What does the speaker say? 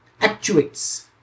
Actuates